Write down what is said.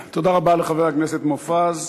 תודה רבה לחבר הכנסת מופז.